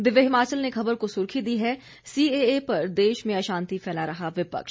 दिव्य हिमाचल ने खबर को सुर्खी दी है सीएए पर देश में अशांति फैला रहा विपक्ष